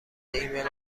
ایمیل